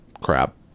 crap